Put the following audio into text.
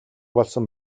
болсон